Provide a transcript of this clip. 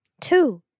Two